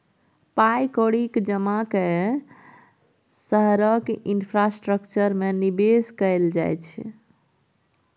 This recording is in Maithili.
पाइ कौड़ीक जमा कए शहरक इंफ्रास्ट्रक्चर मे निबेश कयल जाइ छै